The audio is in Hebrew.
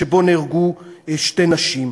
שבו נהרגו שתי נשים,